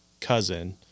cousin